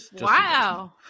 Wow